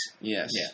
Yes